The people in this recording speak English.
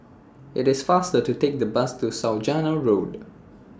IT IS faster to Take The Bus to Saujana Road